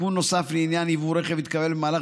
תיקון נוסף לעניין יבוא רכב התקבל במהלך